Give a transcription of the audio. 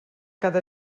cada